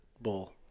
bull